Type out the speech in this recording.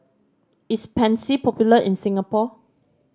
is Pansy popular in Singapore